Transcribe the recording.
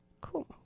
Cool